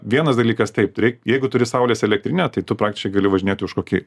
vienas dalykas taip reik jeigu turi saulės elektrinę tai tu praktiškai gali važinėt už kokį